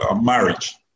marriage